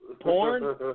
porn